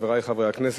חברי חברי הכנסת,